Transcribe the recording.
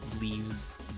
leaves